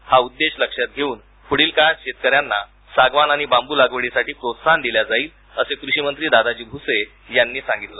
हा उद्देश लक्षात घेऊन पुढील काळात शेतकऱ्यांना सागवान आणि बांबू लागवडीसाठी प्रोत्साहन दिल्या जाईल असे कृषिमंत्री दादाजी भ्से यांनी सांगितले